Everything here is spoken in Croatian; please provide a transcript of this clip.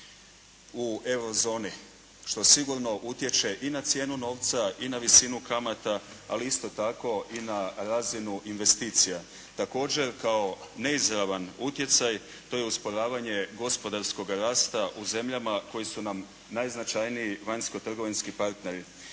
u EU zoni, što sigurno utječe i na cijenu novca i na visinu kamata ali isto tako i na razinu investicija. Također kao neizravan utjecaj to je usporavanje gospodarskog rasta u zemljama koji su nam najznačajniji vanjskotrgovinski partneri.